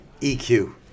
EQ